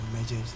measures